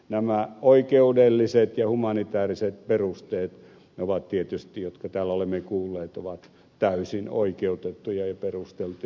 nämä oikeudelliset ja humanitaariset perusteet jotka täällä olemme kuulleet ovat tietysti täysin oikeutettuja ja perusteltuja